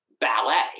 ballet